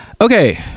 Okay